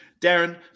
Darren